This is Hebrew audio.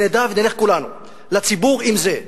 ונדע ונלך כולנו לציבור עם זה.